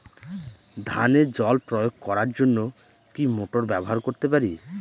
ধানে জল প্রয়োগ করার জন্য কি মোটর ব্যবহার করতে পারি?